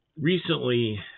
Recently